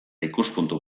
ikuspuntu